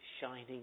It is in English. shining